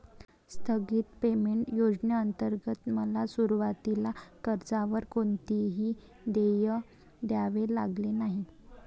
स्थगित पेमेंट योजनेंतर्गत मला सुरुवातीला कर्जावर कोणतेही देय द्यावे लागले नाही